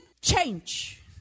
change